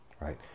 right